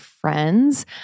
friends